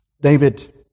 David